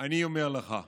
אני אומר לך,